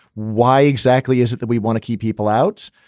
why exactly is it that we want to keep people out?